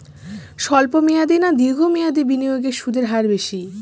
স্বল্প মেয়াদী না দীর্ঘ মেয়াদী বিনিয়োগে সুদের হার বেশী?